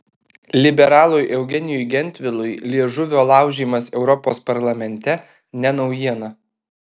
liberalui eugenijui gentvilui liežuvio laužymas europos parlamente ne naujiena